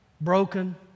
broken